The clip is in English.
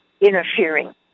interfering